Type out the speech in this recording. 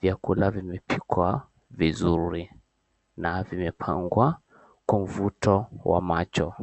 Vyakula vimepikwa vizuri na vimepangwa kwa uvuto wa macho.